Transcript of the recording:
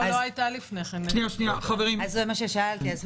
זה משהו מקצועי.